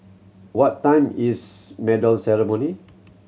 what time is medal ceremony